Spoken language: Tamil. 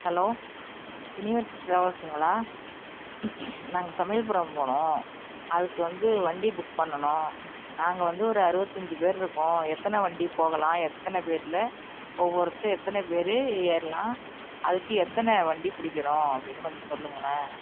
ஹலோ யுனிவர்சி டிராவல்ஸுங்களா நாங்கள் சமயபுரம் போகணும் அதுக்கு வந்து வண்டி புக் பண்ணணும் நாங்கள் வந்து ஒரு அருபதஞ்சி பேர் இருக்கோம் எத்தனை வண்டி போகலாம் எத்தனை பேரில் ஒவ்வொருத்தர் எத்தனை பேர் ஏறலாம் அதுக்கு எத்தனை வண்டி பிடிக்கணும் அப்படீன்னு கொஞ்சம் சொல்லுங்களேன்